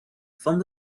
van